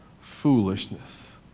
Foolishness